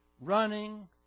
Running